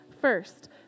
first